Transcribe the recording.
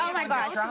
yeah my gosh,